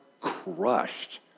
crushed